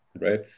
right